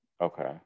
Okay